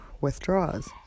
withdraws